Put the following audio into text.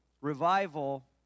Revival